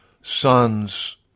sons